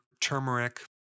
turmeric